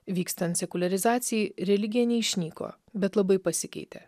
vykstant sekuliarizacijai religija neišnyko bet labai pasikeitė